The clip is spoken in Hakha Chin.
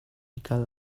kal